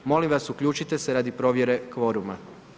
Molim vas, uključite se radi provjere kvoruma.